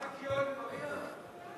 רק יואל ומרינה?